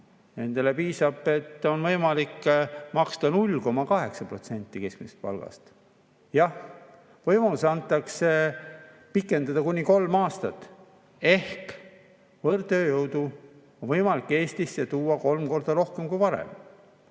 nendele on võimalik maksta 0,8% keskmisest palgast. Jah, võimalus antakse pikendada kuni kolm aastat. Ehk võõrtööjõudu on võimalik Eestisse tuua kolm korda rohkem kui varem.